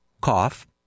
cough